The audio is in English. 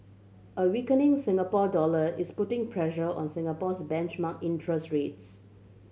a weakening Singapore dollar is putting pressure on Singapore's benchmark interest rates